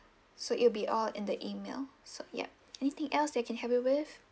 so it will be all in the email so yup anything else that I can help you with